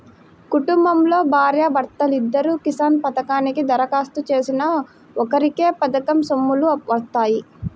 కుటుంబంలో భార్యా భర్తలిద్దరూ కిసాన్ పథకానికి దరఖాస్తు చేసినా ఒక్కరికే పథకం సొమ్ములు వత్తాయి